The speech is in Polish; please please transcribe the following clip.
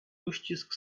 uścisk